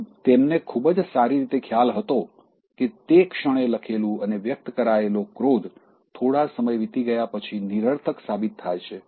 આમ તેમને ખૂબ જ સારી રીતે ખ્યાલ હતો કે તે ક્ષણે લખેલું અને વ્યક્ત કરાયેલો ક્રોધ થોડો સમય વીતી ગયા પછી નિરર્થક સાબિત થાય છે